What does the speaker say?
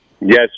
Yes